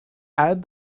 add